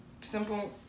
simple